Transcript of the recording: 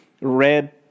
red